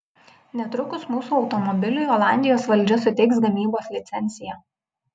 netrukus mūsų automobiliui olandijos valdžia suteiks gamybos licenciją